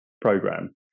program